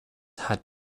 had